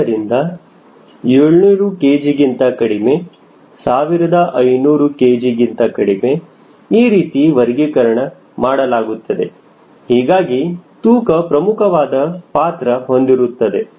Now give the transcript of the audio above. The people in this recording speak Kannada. ಆದ್ದರಿಂದ 700 kgಗಿಂತ ಕಡಿಮೆ 1500 kg ಗಿಂತ ಕಡಿಮೆ ಈ ರೀತಿ ವರ್ಗೀಕರಣ ಮಾಡಲಾಗುತ್ತದೆ ಹೀಗಾಗಿ ತೂಕ ಪ್ರಮುಖವಾದ ಪಾತ್ರ ಹೊಂದಿರುತ್ತದೆ